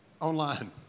Online